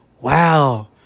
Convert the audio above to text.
wow